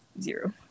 Zero